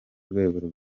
rwego